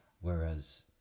whereas